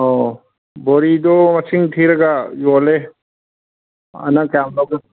ꯑꯧ ꯕꯣꯔꯤꯗꯣ ꯃꯁꯤꯡ ꯊꯤꯔꯒ ꯌꯣꯜꯂꯦ ꯅꯪ ꯀꯌꯥꯝ